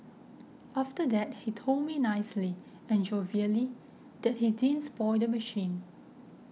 after that he told me nicely and jovially that he didn't spoil the machine